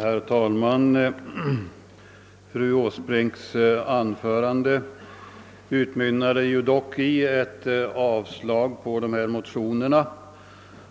Herr talman! Fröken Åsbrinks anförande utmynnade dock i ett avslag på de ifrågavarande motionerna,